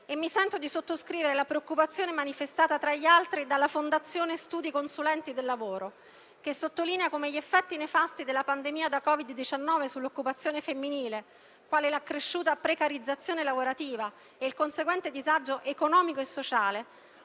Mi sento di sottoscrivere la preoccupazione manifestata, tra gli altri, dalla Fondazione studi consulenti del lavoro, che sottolinea come gli effetti nefasti della pandemia da Covid-19 sull'occupazione femminile, quali l'accresciuta precarizzazione lavorativa e il conseguente disagio economico e sociale,